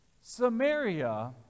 Samaria